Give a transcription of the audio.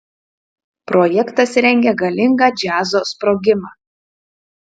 projektas rengia galingą džiazo sprogimą